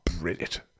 brilliant